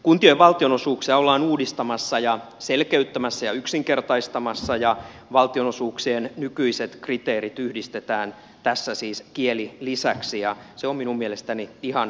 kuntien valtionosuuksia ollaan uudistamassa ja selkeyttämässä ja yksinkertaistamassa ja valtionosuuksien nykyiset kriteerit yhdistetään tässä siis kielilisäksi ja se on minun mielestäni ihan perusteltua